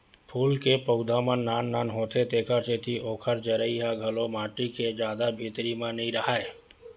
फूल के पउधा मन नान नान होथे तेखर सेती ओखर जरई ह घलो माटी के जादा भीतरी म नइ राहय